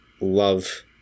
love